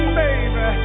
baby